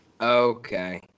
Okay